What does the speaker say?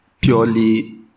purely